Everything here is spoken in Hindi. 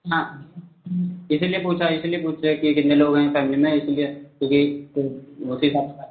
हाँ इसीलिए पूछा इसीलिए पूछे कि कितने लोग हैं फैमिली में इसीलिए क्योंकि